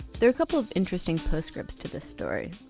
there are a couple of interesting postscripts to this story,